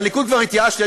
מהליכוד כבר התייאשתי.